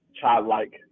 childlike